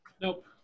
Nope